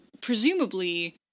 Presumably